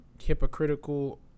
hypocritical